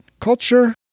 Culture